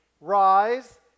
rise